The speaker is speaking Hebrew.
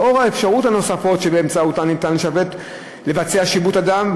לאור האפשרויות הנוספות שבאמצעותן אפשר לבצע שיבוט אדם,